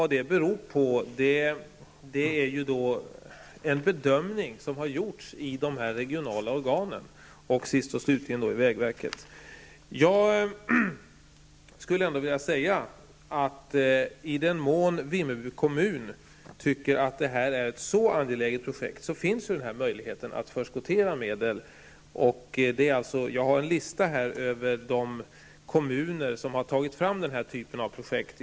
Detta beror på den bedömning som har gjorts i de regionala organen och sist och slutligen hos vägverket. I den mån Vimmerby kommun anser att detta är ett angeläget projekt finns möjligheten att förskottera medel. Jag har här en lista över de kommuner som har tagit fram denna typ av projekt.